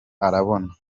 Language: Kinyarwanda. arabona